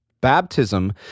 Baptism